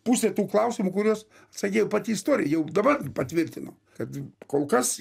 pusė tų klausimų kuriuos sakiau pati istorija jau dabar patvirtino kad kol kas